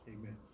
Amen